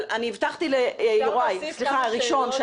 אבל אני הבטחתי ליוראי ראשון,